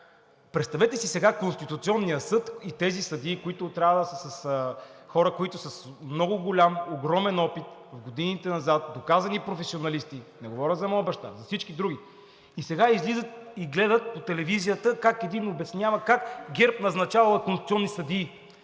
Представете си сега – Конституционният съд и тези съдии, които трябва да са хора с много голям, огромен опит – в годините назад, доказани професионалисти и не говоря за моя баща, а за всички други и сега излизат и гледат по телевизията как един обяснява как ГЕРБ назначавала конституционни съдии.